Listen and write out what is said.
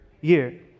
year